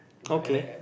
okay